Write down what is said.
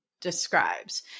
describes